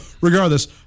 regardless